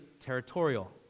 territorial